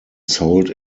sold